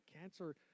cancer